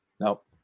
Nope